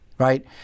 Right